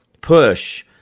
push